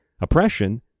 Oppression